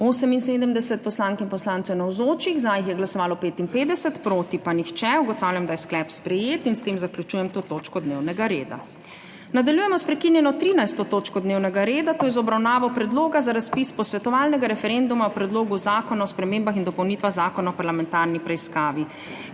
78 poslank in poslancev navzočih, za jih je glasovalo 55, proti pa nihče. (Za je glasovalo 55.) (Proti nihče.) Ugotavljam, da je sklep sprejet. S tem zaključujem to točko dnevnega reda. Nadaljujemo s **prekinjeno 13. točko dnevnega reda, to je z obravnavo Predloga za razpis posvetovalnega referenduma o Predlogu zakona o spremembah in dopolnitvah Zakona o parlamentarni preiskavi.**